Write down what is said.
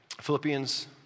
Philippians